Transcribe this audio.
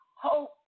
hope